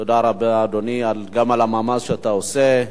תודה רבה, אדוני, גם על המאמץ שאתה עושה.